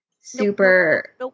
super